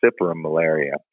malaria